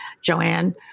Joanne